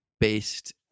based